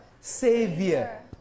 Savior